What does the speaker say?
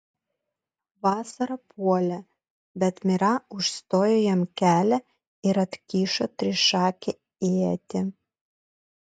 vasara puolė bet mira užstojo jam kelią ir atkišo trišakę ietį